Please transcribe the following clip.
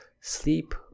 Sleep